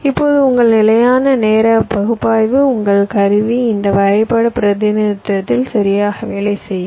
இப்போது உங்கள் நிலையான நேர பகுப்பாய்வு உங்கள் கருவி இந்த வரைபட பிரதிநிதித்துவத்தில் சரியாக வேலை செய்யும்